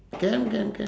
can can can